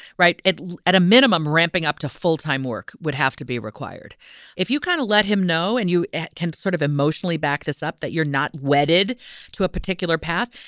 right. at at a minimum, ramping up to full time work would have to be required if you kind of let him know and you can sort of emotionally back this up that you're not wedded to a particular path.